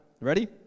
Ready